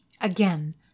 Again